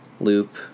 loop